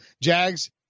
Jags